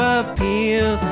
appeal